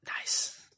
Nice